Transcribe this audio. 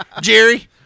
Jerry